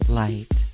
light